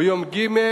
ביום ג'